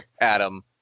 Adam